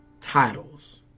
titles